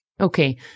Okay